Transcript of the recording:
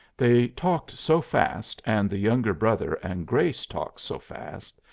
they talked so fast, and the younger brother and grace talked so fast,